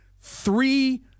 three –